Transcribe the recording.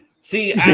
See